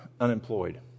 unemployed